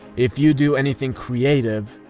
if you do anything creative,